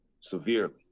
severely